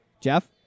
Jeff